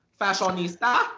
Fashionista